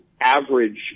average